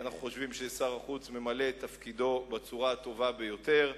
אנחנו חושבים ששר החוץ ממלא את תפקידו בצורה הטובה ביותר.